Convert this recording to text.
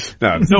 No